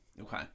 Okay